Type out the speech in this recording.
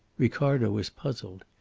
ricardo was puzzled.